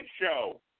show